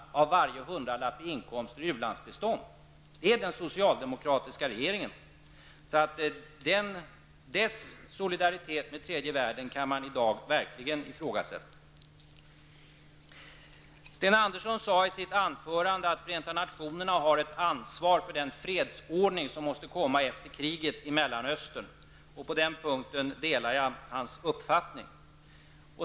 av varje hundralapp, till ulandsbistånd? Det är den socialdemokratiska regeringen. Dess solidaritet med tredje världen kan man i dag verkligen ifrågasätta. Sten Andersson sade i sitt anförande att Förenta nationerna har ett ansvar för den fredsordning som måste komma efter kriget i Mellanöstern. På den punkten delar jag hans uppfattning.